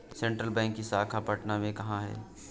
Central bank की शाखा पटना में कहाँ है?